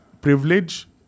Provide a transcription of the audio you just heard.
privilege